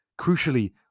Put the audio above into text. Crucially